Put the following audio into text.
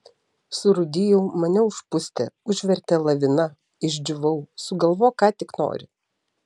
surūdijau mane užpustė užvertė lavina išdžiūvau sugalvok ką tik nori